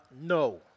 no